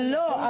לא,